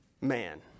man